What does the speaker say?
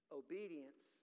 obedience